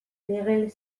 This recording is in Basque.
miguel